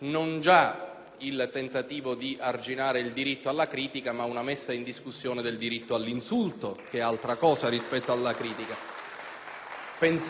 il tentativo di arginare il diritto alla critica, ma una messa in discussione del diritto all'insulto, che è altra cosa rispetto alla critica.